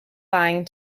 lying